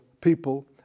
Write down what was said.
people